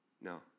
No